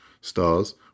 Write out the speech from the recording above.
stars